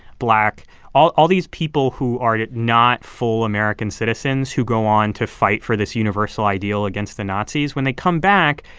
black all all these people who are not full american citizens who go on to fight for this universal ideal against the nazis when they come back,